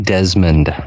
Desmond